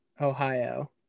Ohio